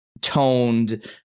toned